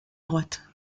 droite